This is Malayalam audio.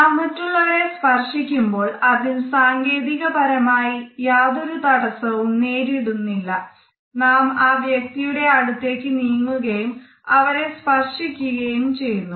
നാം മറ്റുള്ളവരെ സ്പർശിക്കുമ്പോൾ അതിൽ സാങ്കേതികപരമായി യാതൊരു തടസ്സവും നേരിടുന്നില്ല നാ ആ വ്യക്തിയുടെ അടുത്തേക്ക് നീങ്ങുകയും അവരെ സ്പർശിക്കുകയും ചെയ്യുന്നു